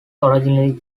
originally